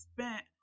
spent